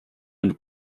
and